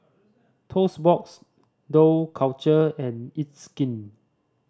Toast Box Dough Culture and It's Skin